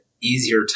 easier